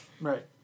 Right